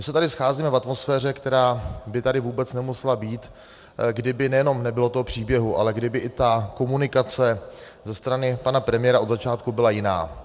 My se tady scházíme v atmosféře, která by tady vůbec nemusela být, kdyby nejenom nebylo toho příběhu, ale kdyby i ta komunikace ze strany pana premiéra od začátku byla jiná.